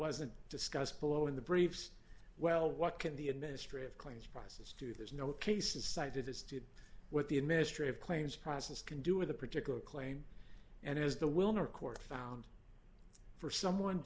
wasn't discussed below in the briefs well what can the administrative claims prices do there's no cases cited as to what the administrative claims process can do with a particular claim and as the wilner court found for someone